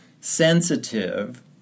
sensitive